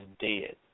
dead